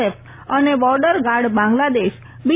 F અને border guard Bangladesh બી